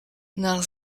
nach